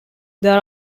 there